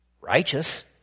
righteous